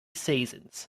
seasons